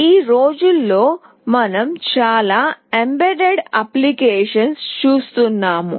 ఈ రోజుల్లో మనం చాలా ఎంబెడెడ్ అప్లికేషన్లను చూస్తున్నాము